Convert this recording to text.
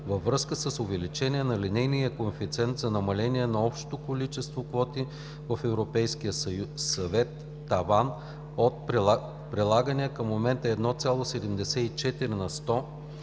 във връзка с увеличаване на линейния коефициент за намаление на общото количество квоти в Европейския съюз – „таван“, от прилагания към момента 1,74 на сто